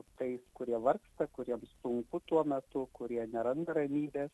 tais kurie vargsta kuriems sunku tuo metu kurie neranda ramybės